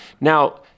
Now